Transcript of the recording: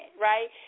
Right